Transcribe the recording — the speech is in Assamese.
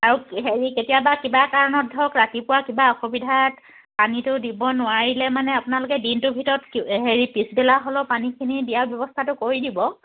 আৰু হেৰি কেতিয়াবা কিবা কাৰণত ধৰক ৰাতিপুৱা কিবা অসুবিধাত পানীটো দিব নোৱাৰিলে মানে আপোনালোকে দিনটোৰ ভিতৰত হেৰি পিছবিলা হ'লেও পানীখিনি দিয়াৰ ব্যৱস্থাটো কৰি দিব